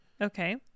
okay